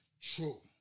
True